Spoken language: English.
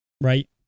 right